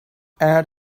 add